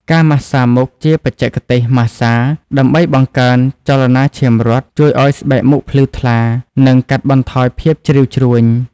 ការម៉ាស្សាមុខ ជាបច្ចេកទេសម៉ាស្សា ដើម្បីបង្កើនចលនាឈាមរត់ ជួយឱ្យស្បែកមុខភ្លឺថ្លា និងកាត់បន្ថយភាពជ្រីវជ្រួញ។